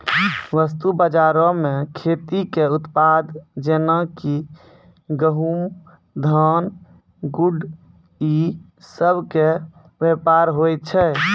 वस्तु बजारो मे खेती के उत्पाद जेना कि गहुँम, धान, गुड़ इ सभ के व्यापार होय छै